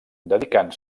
dedicant